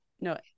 No